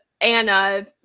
Anna